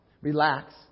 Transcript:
relax